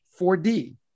4D